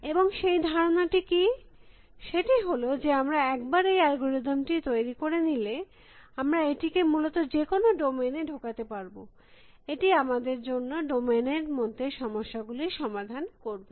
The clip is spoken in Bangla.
এবং সেই ধারণা টি কী সেটি হল যে আমরা একবার এই অ্যালগরিদম টি তৈরী করে নিলে আমরা এটিকে মূলত যে কোনো ডোমেইন এ ঢোকাতে পারব এটি আমাদের জন্য ডোমেইন এর মধ্যে সমস্যা গুলির সমাধান করবে